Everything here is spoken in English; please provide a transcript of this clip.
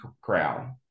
crowd